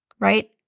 right